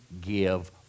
give